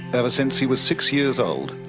ever since he was six years old,